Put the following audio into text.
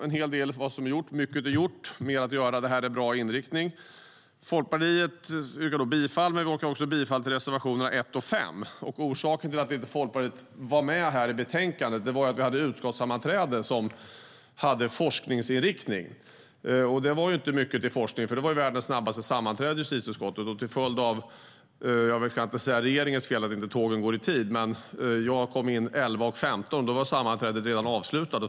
En hel del är gjort, men mer finns att göra. Det här är en bra inriktning. Folkpartiet yrkar bifall till reservationerna 1 och 5. Orsaken till att Folkpartiet inte finns med i betänkandet är att vi hade utskottssammanträde om forskningsinriktningen. Det var inte mycket till forskningsinriktning, för det var världens snabbaste sammanträde i justitieutskottet. Vi ska inte säga att det är regeringens fel att tågen inte går i tid, men jag kom in 11.15 och då var sammanträdet redan avslutat.